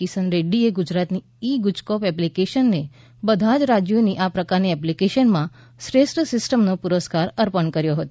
કિશન રેડ્રીએ ગુજરાતની ઇ ગુજકોપ એપ્લીકેશનને બધા જ રાજ્યોની આ પ્રકારની એપ્લીકેશનમાં શ્રેષ્ઠ સિસ્ટમનો પુરસ્કાર અર્પણ કર્યો હતો